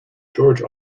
george